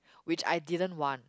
which I didn't want